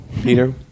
Peter